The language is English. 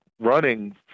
running